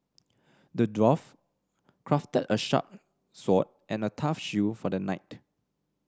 the dwarf crafted a sharp sword and a tough shield for the knight